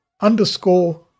underscore